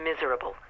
miserable